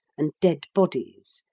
and dead bodies,